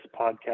podcast